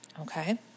Okay